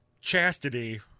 chastity